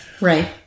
Right